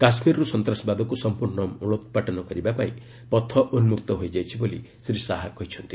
କାଶ୍ମୀରରୁ ସନ୍ତାସବାଦକୁ ସମ୍ପର୍ଷ୍ଣ ମଳୋତ୍ପାଟନ କରିବା ପାଇଁ ପଥ ଉନ୍କକ୍ତ ହୋଇଯାଇଛି ବୋଲି ଶ୍ରୀ ଶାହା କହିଛନ୍ତି